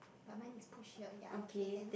but mine is push here ya okay then